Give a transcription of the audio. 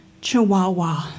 chihuahua